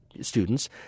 students